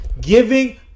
giving